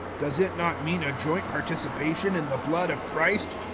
does it not mean a joint-participation in the blood of christ?